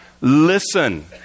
Listen